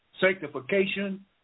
sanctification